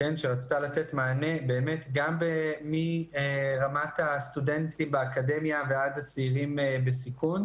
שרצתה לתת מענה מרמת הסטודנטים באקדמיה ועד הצעירים בסיכון,